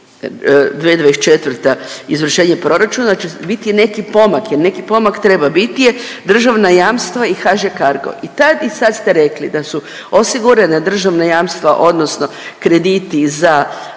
'24. izvršenje proračuna će biti neki pomak jer neki pomak treba biti je državna jamstva i HŽ Cargo i tad i sad ste rekli da su osigurana državna jamstva odnosno krediti za